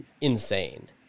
insane